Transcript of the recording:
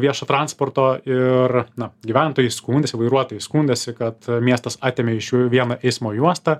viešo transporto ir na gyventojai skundėsi vairuotojai skundėsi kad miestas atėmė iš jų vieną eismo juostą